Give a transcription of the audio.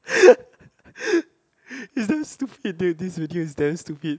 it's damn stupid leh this video is damn stupid